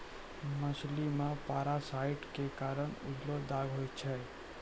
मछली मे पारासाइट क कारण उजलो दाग होय छै